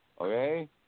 okay